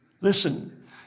listen